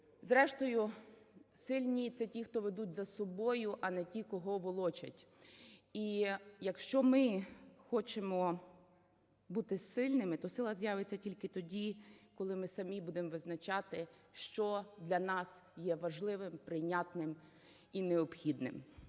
Зрештою сильні – це ті, хто ведуть за собою, а не ті, кого волочать. І якщо ми хочемо бути сильними, то сила з'явиться тільки тоді, коли ми самі будемо визначати, що для нас є важливим, прийнятним і необхідним.